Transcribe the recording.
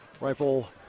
Rifle